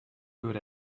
good